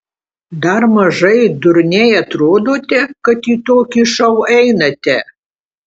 dar mažai durniai atrodote kad į tokį šou einate